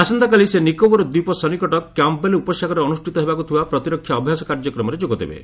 ଆସନ୍ତାକାଲି ସେ ନିକୋବର ଦ୍ୱୀପ ସନ୍ନିକଟ କ୍ୟାମ୍ପ୍ ବେଲ୍ ଉପସାଗରରେ ଅନୁଷ୍ଠିତ ହେବାକୁ ଥିବା ପ୍ରତିରକ୍ଷା ଅଭ୍ୟାସ କାର୍ଯ୍ୟକ୍ରମରେ ଯୋଗଦେବେ